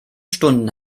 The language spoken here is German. stunden